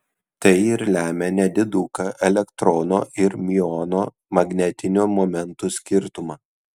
tai ir lemia nediduką elektrono ir miuono magnetinių momentų skirtumą